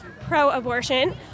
pro-abortion